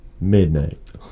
Midnight